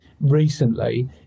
recently